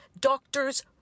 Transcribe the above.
doctors